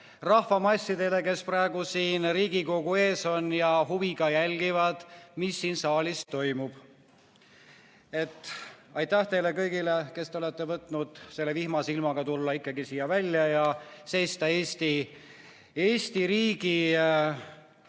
rahvamassidele, kes praegu siin Riigikogu ees on ja huviga jälgivad, mis siin saalis toimub. Aitäh teile kõigile, kes te olete võtnud selle vihmase ilmaga tulla välja ja seista Eesti riigi